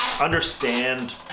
understand